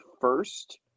first